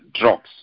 drugs